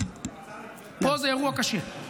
פה זה אירוע קשה.